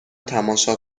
تماشا